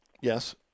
Yes